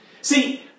See